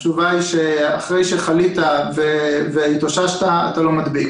התשובה היא שאחרי שחלית והתאוששת אתה לא מדביק.